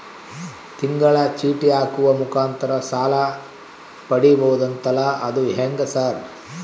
ತಿಂಗಳ ಚೇಟಿ ಹಾಕುವ ಮುಖಾಂತರ ಸಾಲ ಪಡಿಬಹುದಂತಲ ಅದು ಹೆಂಗ ಸರ್?